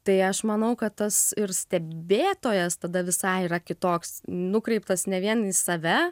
tai aš manau kad tas ir stebėtojas tada visai yra kitoks nukreiptas ne vien į save